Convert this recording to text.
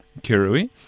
Kirui